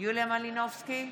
יוליה מלינובסקי,